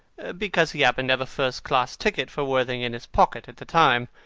because he happened to have a first-class ticket for worthing in his pocket at the time.